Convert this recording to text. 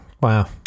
wow